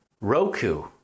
Roku